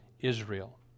Israel